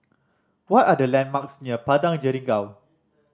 what are the landmarks near Padang Jeringau